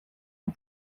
and